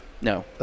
No